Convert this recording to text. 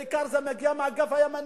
בעיקר זה מגיע מהאגף הימני,